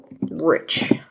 rich